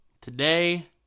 Today